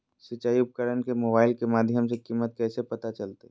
सिंचाई उपकरण के मोबाइल के माध्यम से कीमत कैसे पता चलतय?